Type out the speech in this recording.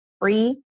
free